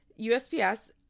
USPS